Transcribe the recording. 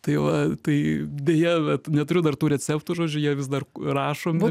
tai va tai deja bet neturiu dar tų receptų žodžiu jie vis dar rašomi